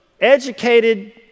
educated